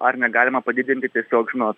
ar negalima padidinti tiesiog žinot